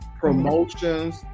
Promotions